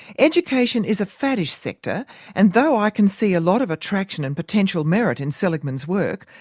education is a faddish sector and though i can see a lot of attraction and potential merit in seligman's work,